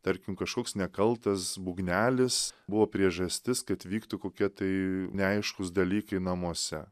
tarkim kažkoks nekaltas būgnelis buvo priežastis kad vyktų kokie tai neaiškūs dalykai namuose